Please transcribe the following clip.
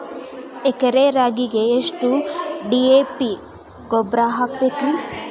ಎಕರೆ ರಾಗಿಗೆ ಎಷ್ಟು ಡಿ.ಎ.ಪಿ ಗೊಬ್ರಾ ಹಾಕಬೇಕ್ರಿ?